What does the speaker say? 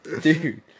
Dude